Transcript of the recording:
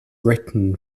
written